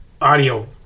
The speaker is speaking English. audio